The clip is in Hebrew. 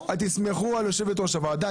תסמכו על יושבת ראש הוועדה,